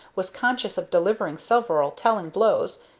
was conscious of delivering several telling blows,